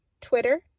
Twitter